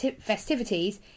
festivities